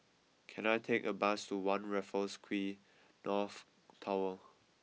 can I take a bus to One Raffles Quay North Tower